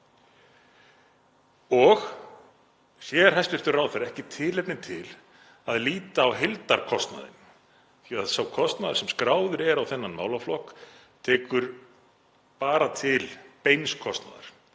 Og sér hæstv. ráðherra ekki tilefni til að líta á heildarkostnaðinn? Því að sá kostnaður sem skráður er á þennan málaflokk tekur bara til beins kostnaðar